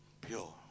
Pure